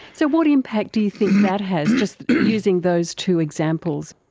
so what impact do you think that has, just using those two examples?